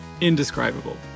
indescribable